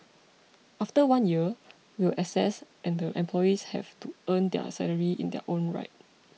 after one year we will assess and the employees have to earn their salary in their own right